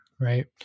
right